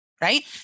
Right